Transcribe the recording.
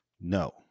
No